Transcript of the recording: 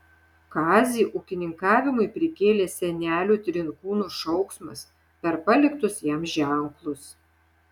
kazį ūkininkavimui prikėlė senelių trinkūnų šauksmas per paliktus jam ženklus